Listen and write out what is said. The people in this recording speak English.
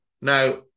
Now